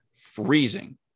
freezing